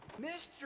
Mr